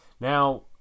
Now